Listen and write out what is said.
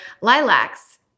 Lilacs